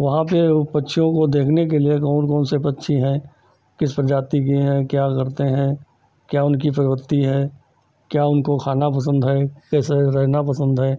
वहाँ पर उन पक्षियों को देखने के लिए कौन कौन से पक्षी हैं किस प्रजाति के हैं क्या करते हैं क्या उनकी प्रवृति है क्या उनको खाना पसन्द है कैसे रहना पसन्द है